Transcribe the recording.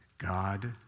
God